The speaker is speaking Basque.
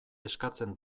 eskatzen